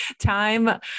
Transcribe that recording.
time